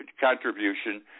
contribution